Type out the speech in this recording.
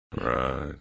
Right